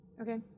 okay